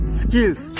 skills